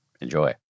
Enjoy